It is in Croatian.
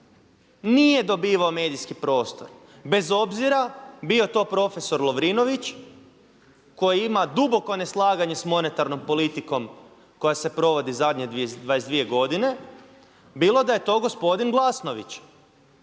nije dobivao medijski prostor, bez obzira bio to profesor Lovrinović koji ima duboko neslaganje s monetarnom politikom koja se provodi zadnje 22 godine, bilo da je to gospodin Glasnović